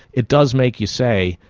it does make you say,